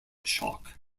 shock